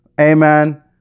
amen